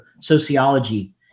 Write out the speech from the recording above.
sociology